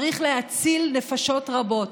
צריך להציל נפשות רבות.